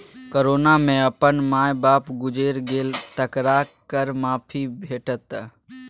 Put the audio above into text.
corona मे अपन माय बाप गुजैर गेल तकरा कर माफी भेटत